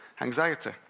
anxiety